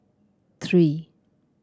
three